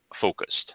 focused